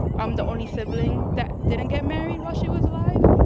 i'm the only sibling that didn't get married while she was alive,